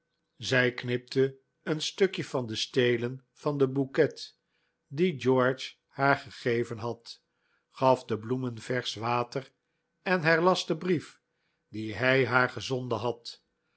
zij knipte een stukje van de stelen van den bouquet dien george haar gegeven had gaf de bloemen versch water en herlas den brief dien hij haar gezonden had